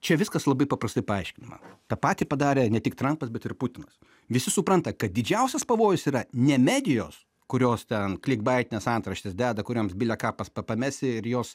čia viskas labai paprastai paaiškinama tą patį padarė ne tik trampas bet ir putinas visi supranta kad didžiausias pavojus yra ne medijos kurios ten klikbaitines antraštes deda kurioms bile ką pas pa pamesi ir jos